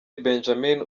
benjamin